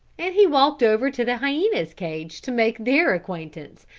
and he walked over to the hyenas' cage to make their acquaintance,